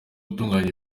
gutunganya